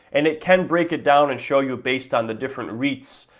and it can break it down and show you based on the different reits.